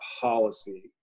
policy